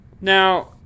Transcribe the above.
now